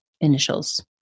initials